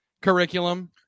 curriculum